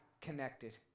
connected